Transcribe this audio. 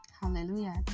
Hallelujah